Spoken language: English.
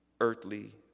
earthly